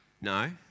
No